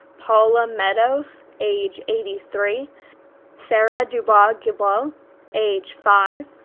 paula meadows age eighty three sarah dubois-gilbeau age five,